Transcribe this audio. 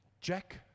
Jack